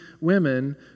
women